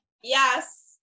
Yes